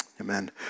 amen